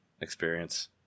experience